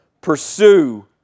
pursue